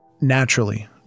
Naturally